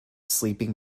sleeping